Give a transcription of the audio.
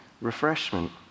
refreshment